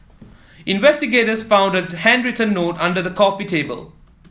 investigators found a handwritten note under the coffee table